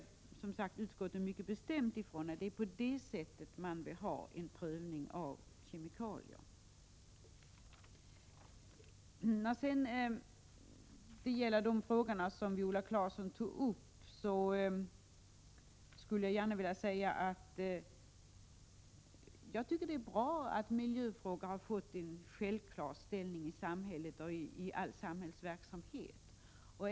Utskottet säger mycket bestämt iträn att det är på det sättet man vill ha en prövning av kemikalier. Jag vill gärna säga när det gäller de frågor Viola Claesson tog upp att det är bra att miljöfrågor har fått en självklar ställning i samhället och i all samhällsverksamhet.